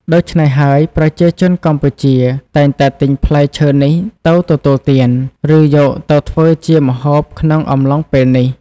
ដូច្នេះហើយ ប្រជាជនកម្ពុជាតែងតែទិញផ្លែឈើនេះទៅទទួលទាន ឬយកទៅធ្វើជាម្ហូបក្នុងអំឡុងពេលនេះ។